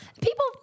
People